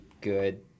good